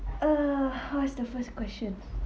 uh what is the first question